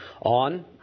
on